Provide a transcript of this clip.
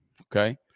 okay